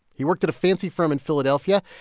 he worked at a fancy firm in philadelphia,